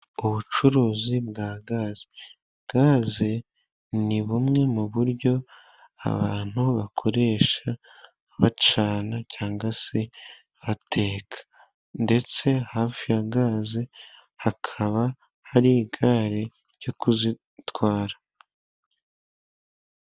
Ubucuruzi bwa gaze, gaze ni bumwe mu buryo abantu bakoresha bacana, cyangwa se bateka. Ndetse hafi ya gazi hakaba hari igare ryo kuzitwara.